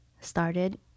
started